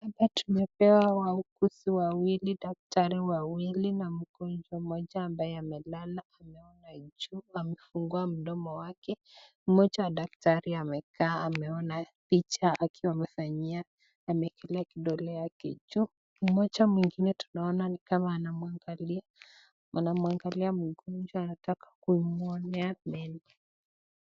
Hapa tumepewa wauguzi wawili daktari wawili na mgonjwa mmoja ambaye amelala ameona juu amefungua mdomo wake, mmoja wa daktari amekaa ameona picha akiwa amefanyia amewekelea kidole yake juu, mmoja mwingine tunaona ni kama anamwangalia mwongwa anataka kumngolea meno.